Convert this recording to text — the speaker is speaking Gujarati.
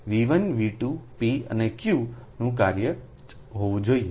V1 V2 P અને Q નુંકાર્ય જ હોવું જોઈએ